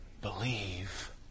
Believe